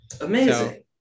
Amazing